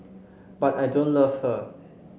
but I don't love her